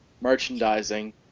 merchandising